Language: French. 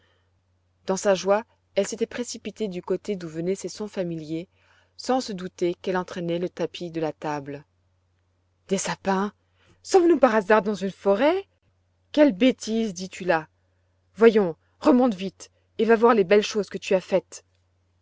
dans sa joie elle s'était précipitée du côté d'où venaient ces sons familiers sans se douter qu'elle entraînait le tapis de la table des sapins sommes-nous par hasard dans une forêt quelles bêtises dis-tu là voyons remonte vite et va voir les belles choses que tu as faites